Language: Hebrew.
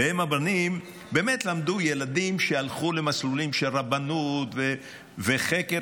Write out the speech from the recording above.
ב"אם הבנים" למדו ילדים שהלכו למסלולים של רבנות וחקר.